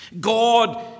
God